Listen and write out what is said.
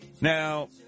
Now